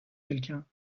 quelqu’un